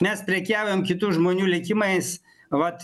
mes prekiaujam kitų žmonių likimais vat